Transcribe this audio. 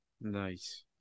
nice